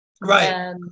right